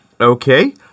Okay